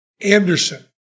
Anderson